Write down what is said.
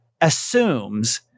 assumes